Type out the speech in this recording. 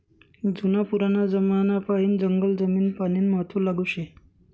जुना पुराना जमानापायीन जंगल जमीन पानीनं महत्व लागू शे